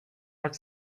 like